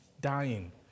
dying